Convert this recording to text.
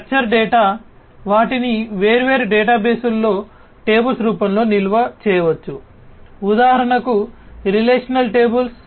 structure data వాటిని వేర్వేరు డేటాబేస్లలో టేబుల్స్ రూపంలో నిల్వ చేయవచ్చు ఉదాహరణకు రిలేషనల్ టేబుల్స్